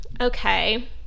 okay